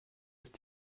ist